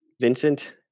Vincent